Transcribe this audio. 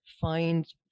find